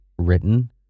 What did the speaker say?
written